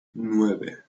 nueve